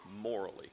morally